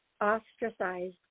ostracized